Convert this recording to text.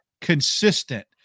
consistent